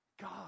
God